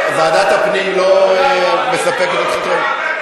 ועדת הפנים לא מספקת אתכם?